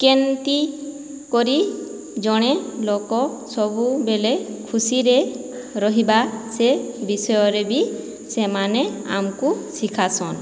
କେନ୍କି କରି ଜଣେ ଲୋକ ସବୁବେଲେ ଖୁସିରେ ରହିବା ସେ ବିଷୟରେ ବି ସେମାନେ ଆମକୁ ଶିଖାସନ୍